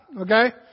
Okay